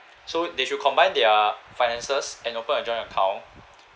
so they should combine their finances and open a joint account